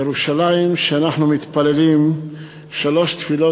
ירושלים שאנחנו מתפללים עליה בשלוש התפילות,